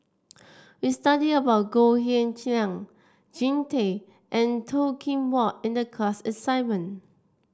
we studied about Goh Cheng Liang Jean Tay and Toh Kim Hwa in the class assignment